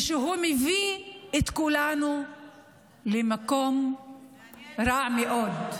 ושהוא מביא את כולנו למקום רע מאוד.